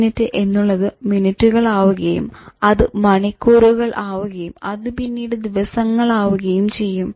minute എന്നുള്ളത് മിനിറ്റുകൾ ആവുകയും അത് മണിക്കൂറുകൾ ആവുകയും അത് പിന്നീട് ദിവസങ്ങൾ ആവുകയും ചെയ്യും